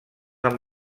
amb